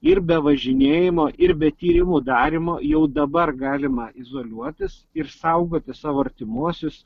ir be važinėjimo ir be tyrimų darymo jau dabar galima izoliuotis ir saugoti savo artimuosius